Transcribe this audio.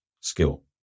skill